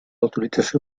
utilització